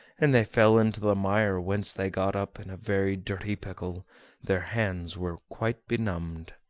and they fell into the mire, whence they got up in a very dirty pickle their hands were quite benumbed.